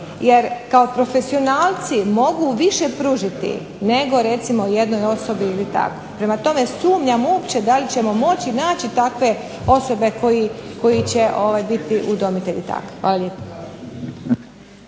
jer kao profesionalci mogu više pružiti nego jednoj osobi ili tako. Prema tome, sumnjam uopće da li ćemo moći naći takve osobe koji će biti udomitelji takvi. Hvala lijepa.